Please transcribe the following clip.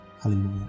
hallelujah